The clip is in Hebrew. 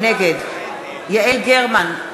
נגד יעל גרמן,